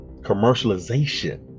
commercialization